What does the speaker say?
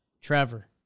Trevor